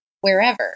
wherever